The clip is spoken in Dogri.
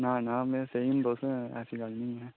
ना ना में सेही न तुस ऐसी गल्ल नेईं ऐ